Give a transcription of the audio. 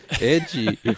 edgy